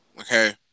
okay